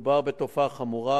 מדובר בתופעה חמורה,